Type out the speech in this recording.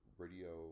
radio